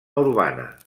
urbana